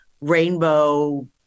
Rainbow